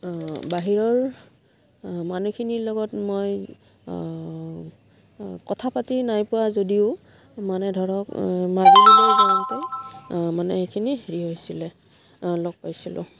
বাহিৰৰ মানুহখিনিৰ লগত মই কথা পাতি নাই পোৱা যদিও মানে ধৰক মাজুলীলৈ যাওঁতে মানে এইখিনি হেৰি হৈছিলে লগ পাইছিলোঁ